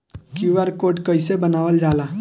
QR code कइसे बनवाल जाला?